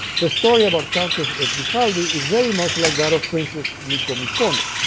the story about countess trifaldi is very much like that of princess micomicona